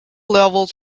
levels